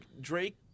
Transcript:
Drake